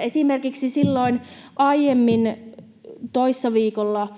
Esimerkiksi silloin aiemmin, toissa viikolla,